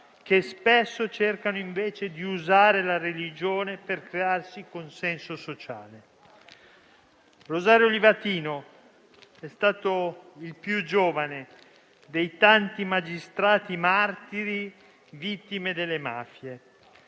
che spesso cercano invece di usare la religione per crearsi consenso sociale. Rosario Livatino è stato il più giovane dei tanti magistrati martiri, vittime delle mafie;